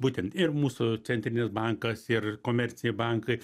būtent ir mūsų centrinis bankas ir komerciniai bankai